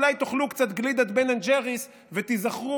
אולי תאכלו קצת גלידת בן אנד ג'ריס ותיזכרו